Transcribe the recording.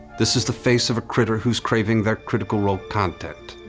this is the face of a critter who's craving their critical role content.